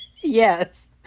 Yes